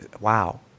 wow